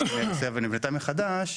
ונבנתה מחדש,